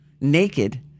naked